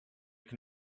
can